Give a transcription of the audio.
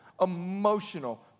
emotional